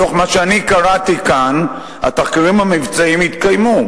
מתוך מה שאני קראתי כאן: התחקירים המבצעיים יתקיימו.